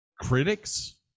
critics